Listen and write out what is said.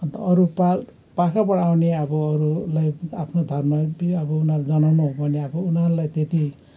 अन्त अरू पा पाखाबाट आउने अब अरूलाई आफ्नो धर्म पनि अब उनीहरूले जनाउनु हो भने अब उनीहरूलाई त्यति